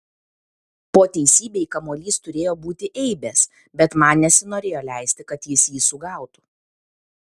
po teisybei kamuolys turėjo būti eibės bet man nesinorėjo leisti kad jis jį sugautų